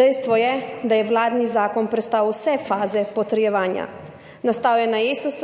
Dejstvo je, da je vladni zakon prestal vse faze potrjevanja, nastal je na ESS,